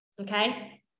Okay